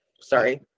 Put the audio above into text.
sorry